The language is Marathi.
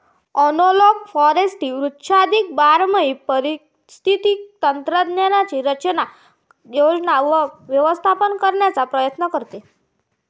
ॲनालॉग फॉरेस्ट्री वृक्षाच्छादित बारमाही पारिस्थितिक तंत्रांची रचना, योजना व व्यवस्थापन करण्याचा प्रयत्न करते